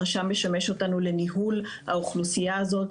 הרשם משמש אותנו לניהול האוכלוסייה הזאת,